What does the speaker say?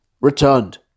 returned